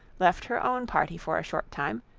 left her own party for a short time,